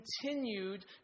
continued